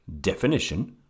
definition